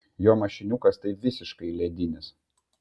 jo mašiniukas tai visiškai ledinis